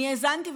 אני האזנתי,